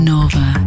Nova